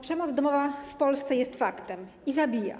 Przemoc domowa w Polsce jest faktem i zabija.